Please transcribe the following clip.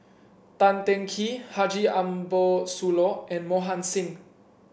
Tan Teng Kee Haji Ambo Sooloh and Mohan Singh